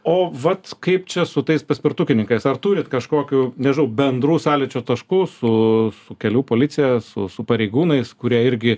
o vat kaip čia su tais paspirtukininkais ar turit kažkokių nežinau bendrų sąlyčio taškų su su kelių policija su su pareigūnais kurie irgi